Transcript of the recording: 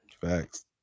Facts